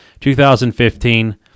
2015